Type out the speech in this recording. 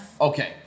Okay